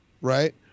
right